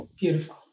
Beautiful